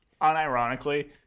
unironically